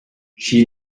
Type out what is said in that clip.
she